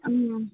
ம்